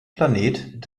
planet